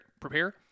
Prepare